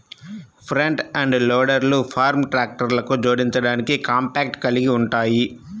front end లోడర్లు farm ట్రాక్టర్లకు జోడించడానికి కాంపాక్ట్ కలిగి ఉంటాయి